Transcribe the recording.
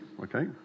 okay